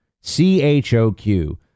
C-H-O-Q